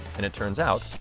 and it turns out,